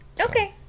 Okay